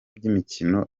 by’imikino